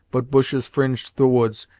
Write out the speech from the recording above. but bushes fringed the woods,